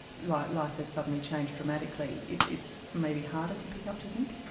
life life has suddenly changed dramatically. it's maybe harder to pick up, do you think?